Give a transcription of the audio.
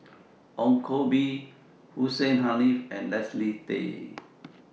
Ong Koh Bee Hussein Haniff and Leslie Tay